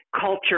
culture